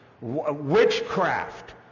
witchcraft